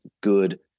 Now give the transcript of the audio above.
good